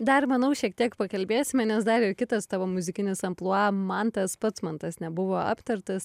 dar manau šiek tiek pakalbėsime nes dar ir kitas tavo muzikinis amplua mantas patsmantas nebuvo aptartas